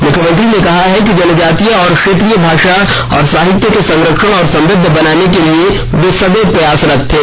मुख्यमंत्री ने कहा कि जनजातीय और क्षेत्रीय भाषा और साहित्य के संरक्षण और समृद्ध बनाने के लिए वे सदैव प्रयासरत रहते थे